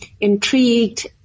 intrigued